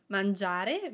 Mangiare